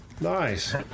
Nice